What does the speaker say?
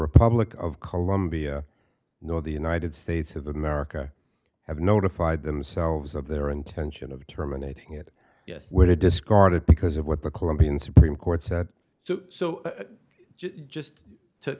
republic of colombia nor the united states of america have notified themselves of their intention of terminating it yes we're to discard it because of what the colombian supreme court said so so just to